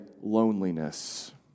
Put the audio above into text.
loneliness